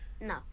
No